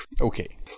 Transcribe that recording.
Okay